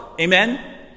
amen